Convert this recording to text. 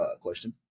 question